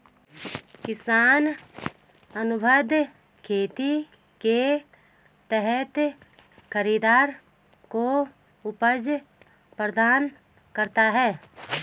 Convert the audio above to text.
किसान अनुबंध खेती के तहत खरीदार को उपज प्रदान करता है